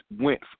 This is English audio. went